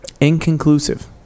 Inconclusive